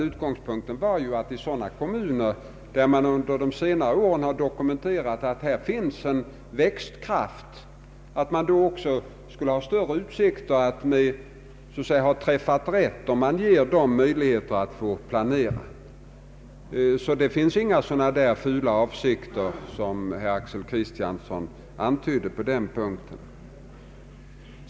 Utgångspunkten var ju att vi skulle ha större utsikt att träffa rätt om vi gav de kommuner möjlighet att planera som under senare år hade dokumenterat att där fanns en naturlig växtkraft. Det finns på den punkten inga sådana fula avsikter som herr Axel Kristiansson har antytt.